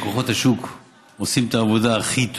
וכוחות השוק עושים את העבודה הכי טוב,